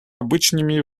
обычными